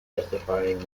testifying